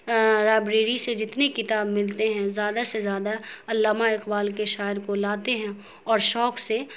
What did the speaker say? library سے جتنی کتاب ملتے ہیں زیادہ سے زیادہ علامہ اقبال کے شاعر کو لاتے ہیں اور شوق سے